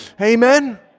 Amen